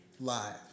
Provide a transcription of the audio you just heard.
Live